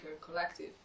Collective